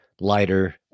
lighter